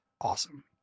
Awesome